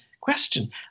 Question